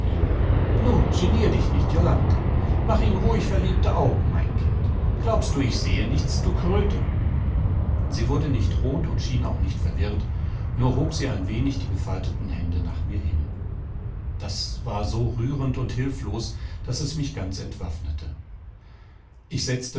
nu genier dich nicht jolanthe mach ihm ruhig verliebte augen mein kind glaubst du ich sehe nichts du kröte sie wurde nicht rot und schien auch nicht verwirrt nur hob sie ein wenig die gefalteten hände nach mir hin das war so rührend und hilflos daß es mich ganz entwaffnete ich setzte